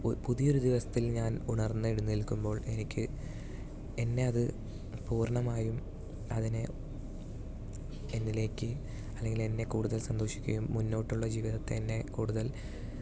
പുതിയൊരു ദിവസത്തിൽ ഞാൻ ഉണർന്നെഴുന്നേൽക്കുമ്പോൾ എനിക്ക് എന്നെ അത് പൂർണ്ണമായും അതിനെ എന്നിലേക്ക് അല്ലെങ്കിൽ എന്നെ കൂടുതൽ സന്തോഷിപ്പിക്കുകയും മുന്നോട്ടുള്ള ജീവിതത്തെ എന്നെ കൂടുതൽ